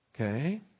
Okay